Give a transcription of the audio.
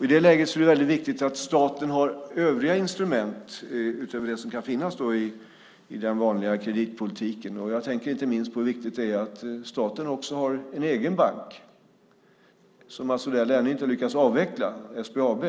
I det läget är det väldigt viktigt att staten har övriga instrument utöver de som kan finnas i den vanliga kreditpolitiken. Jag tänker inte minst på hur viktigt det är att staten också har en egen bank som Mats Odell ännu inte lyckats avveckla, nämligen SBAB.